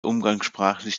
umgangssprachlich